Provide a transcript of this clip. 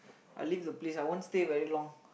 I leave the place I won't stay very long